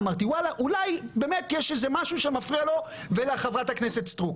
אולי באמת יש איזה משהו שמפריע לו ולחברת הכנסת סטרוק.